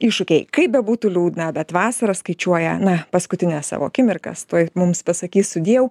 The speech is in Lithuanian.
iššūkiai kaip bebūtų liūdna bet vasara skaičiuoja na paskutines savo akimirkas tuoj mums pasakys sudieu